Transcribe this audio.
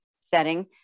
setting